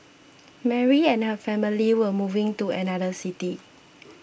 Mary and her family were moving to another city